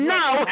now